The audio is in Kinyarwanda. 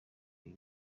ibi